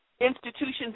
institutions